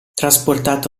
trasportato